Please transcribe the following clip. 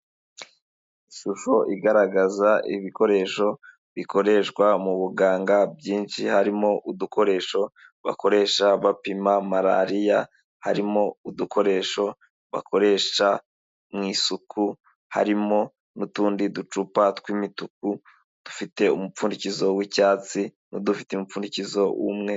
Ishusho igaragaza ibikoresho bikoreshwa mu buganga byinshi harimo udukoresho bakoresha bapima malariya, harimo udukoresho bakoresha mu isuku, harimo n'utundi ducupa tw'imituku dufite umupfundikizo w'icyatsi, n'udufite umupfundikizo w'umweru.